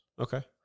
Okay